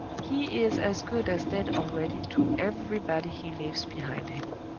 he is as good as dead already to everybody he leaves behind him.